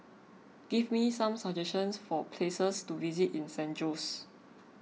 give me some suggestions for places to visit in San Jose